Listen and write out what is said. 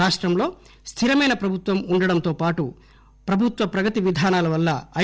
రాష్టంలో స్థిరమైన ప్రభుత్వం ఉండడంతోపాటు ప్రభుత్వ ప్రగతి విధానాల వల్ల ఐ